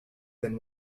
than